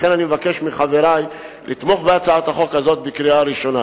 לכן אני מבקש מחברי לתמוך בהצעת החוק הזאת בקריאה ראשונה.